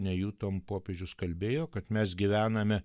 nejutom popiežius kalbėjo kad mes gyvename